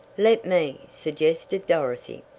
let me! suggested dorothy.